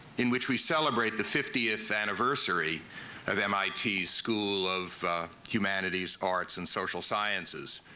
in which we celebrate the fiftieth anniversary of mit school of humanities, arts, and social sciences.